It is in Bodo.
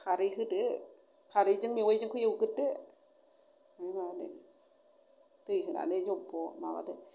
खारै होदो खारैजों मेवाइजोंखौ एउग्रोदो दै होनानै जबब' माबादो